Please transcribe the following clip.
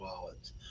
wallets